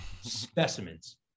specimens